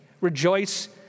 Rejoice